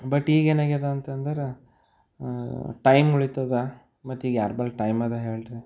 but ಈಗ ಏನಾಗ್ಯದ ಅಂತ ಅಂದರೆ ಟೈಮ್ ಉಳೀತದ ಮತ್ತು ಈಗ ಯಾರ ಬಳಿ ಟೈಮ್ ಅದ ಹೇಳಿರಿ